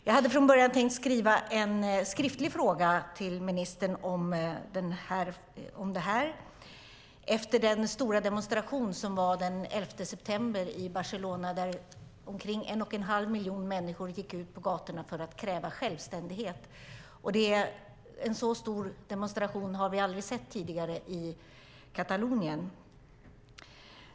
Jag hade från början tänkt lämna en skriftlig fråga till ministern om det här, efter den stora demonstationen den 11 september i Barcelona där omkring 1 1⁄2 miljon människor gick ut på gatorna för att kräva självständighet. En så stor demonstration har vi aldrig tidigare sett i Katalonien.